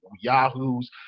yahoos